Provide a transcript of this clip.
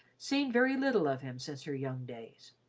seen very little of him since her young days.